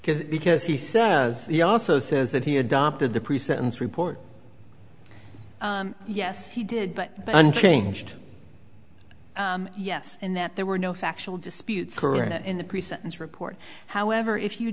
because because he says he also says that he adopted the pre sentence report yes he did but unchanged yes and that there were no factual disputes coronet in the pre sentence report however if you